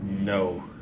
no